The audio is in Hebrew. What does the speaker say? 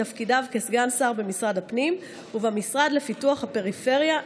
מתפקידיו כסגן שר במשרד הפנים ובמשרד לפיתוח הפריפריה,